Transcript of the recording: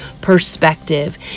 perspective